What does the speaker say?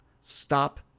Stop